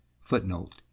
Footnote